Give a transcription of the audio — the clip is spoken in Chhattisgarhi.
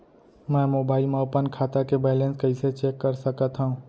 मैं मोबाइल मा अपन खाता के बैलेन्स कइसे चेक कर सकत हव?